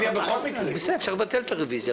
אפשר לבטל את הרוויזיה.